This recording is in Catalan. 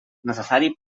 necessari